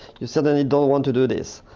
you suddenly don't want to do this.